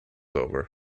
over